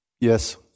Yes